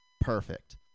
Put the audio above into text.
Perfect